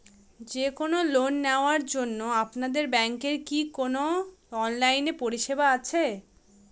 যে কোন লোন নেওয়ার জন্য আপনাদের ব্যাঙ্কের কি কোন অনলাইনে পরিষেবা আছে?